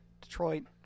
Detroit